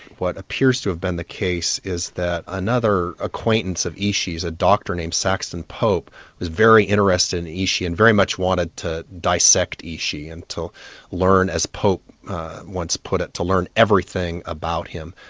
what appears to have been the case is that another acquaintance of ishi's, a doctor named saxton pope was very interested in ishi and very much wanted to dissect ishi to learn as pope once put it, to learn everything about him.